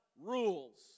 rules